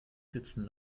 sitzen